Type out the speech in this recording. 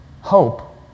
hope